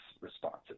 responses